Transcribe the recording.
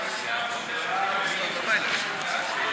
ההצעה להעביר את הצעת חוק לתיקון פקודת מיסי העירייה